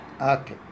Okay